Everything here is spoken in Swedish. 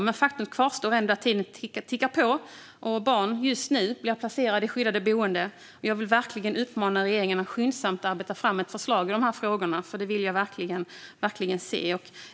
Men faktum kvarstår; tiden tickar på, och barn blir just nu placerade i skyddat boende. Jag vill uppmana regeringen att skyndsamt arbeta fram ett förslag i frågan. Det vill jag verkligen se.